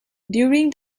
during